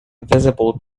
visible